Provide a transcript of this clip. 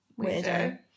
weirdo